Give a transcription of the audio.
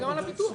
לא הבנתי.